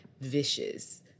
vicious